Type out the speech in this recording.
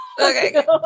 Okay